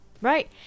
Right